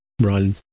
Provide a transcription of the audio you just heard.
run